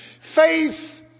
Faith